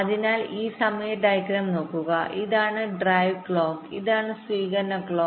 അതിനാൽ ഈ സമയ ഡയഗ്രം വീണ്ടും നോക്കുക ഇതാണ് ഡ്രൈവ് ക്ലോക്ക് ഇതാണ് സ്വീകരിക്കുന്ന ക്ലോക്ക്